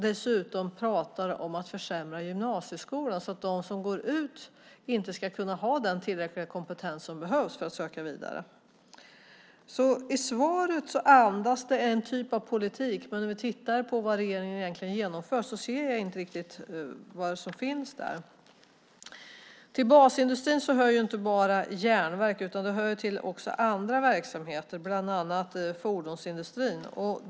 Dessutom pratar man om att försämra gymnasieskolan så att de som går ut inte ska ha den kompetens som behövs för att söka vidare. Svaret andas en typ av politik, men om vi tittar på vad regeringen egentligen genomför ser jag inte riktigt vad som finns där. Till basindustrin hör inte bara järnverk utan även andra verksamheter, bland annat fordonsindustrin.